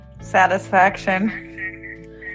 Satisfaction